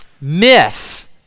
miss